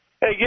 hey